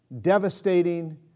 devastating